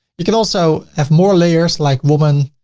you can also have more layers like woman,